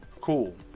Cool